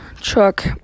truck